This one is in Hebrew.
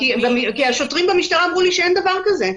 כי השוטרים במשטרה אמרו לי שאין דבר כזה.